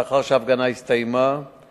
לאחר שההפגנה הסתיימה,